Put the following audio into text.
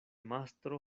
mastro